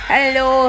Hello